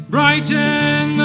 Brighten